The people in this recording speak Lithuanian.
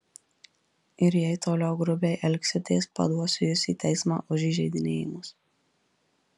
ir jei toliau grubiai elgsitės paduosiu jus į teismą už įžeidinėjimus